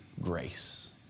grace